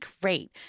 great